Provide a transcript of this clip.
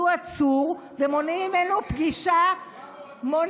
הוא עצור ומונעים ממנו פגישה, גם